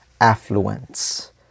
affluence